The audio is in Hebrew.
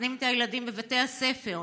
מחסנים את הילדים בבתי הספר.